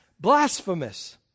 blasphemous